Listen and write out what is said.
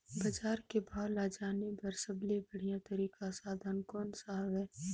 बजार के भाव ला जाने बार सबले बढ़िया तारिक साधन कोन सा हवय?